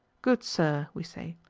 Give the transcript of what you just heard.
good sir, we say,